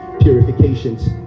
purifications